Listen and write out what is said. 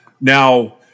Now